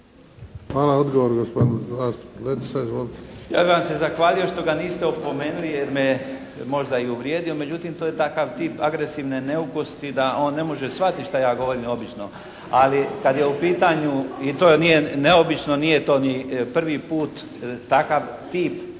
Hvala. Odgovor, gospodin Dorić.